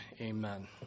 Amen